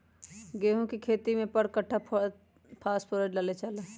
गेंहू के खेती में पर कट्ठा केतना फास्फोरस डाले जाला?